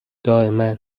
دائما